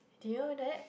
do you know that